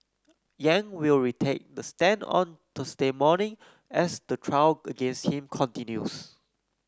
Yang will retake the stand on Thursday morning as the trial against him continues